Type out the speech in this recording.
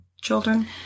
children